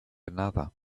another